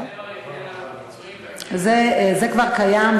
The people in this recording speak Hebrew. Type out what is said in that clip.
זה כבר קיים,